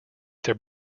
their